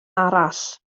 arall